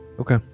Okay